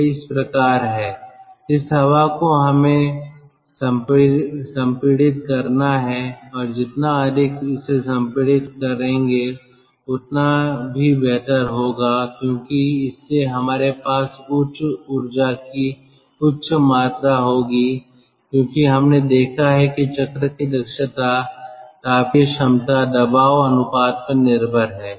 यह इस प्रकार है जिस हवा को हमें संपीड़ित करना है और जितना अधिक इसे संपीड़ित करेंगे उतना भी बेहतर होगा क्योंकि इससे हमारे पास उच्च ऊर्जा की उच्च मात्रा होगी क्योंकि हमने देखा है कि चक्र की दक्षता तापीय क्षमता दबाव अनुपात पर निर्भर है